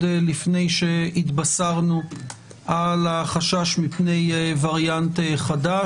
לפני שהתבשרנו על החשש מפני וריאנט חדש,